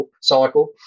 cycle